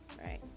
right